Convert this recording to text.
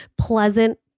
pleasant